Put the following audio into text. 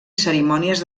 cerimònies